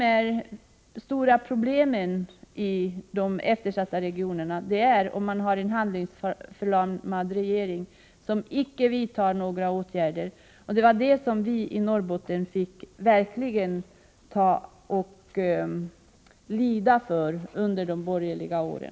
De stora problemen för de eftersatta regionerna uppstår om man har en handlingsförlamad regering, som icke vidtar några åtgärder. Det var det som vi i Norrbotten verkligen fick lida av under de borgerliga åren.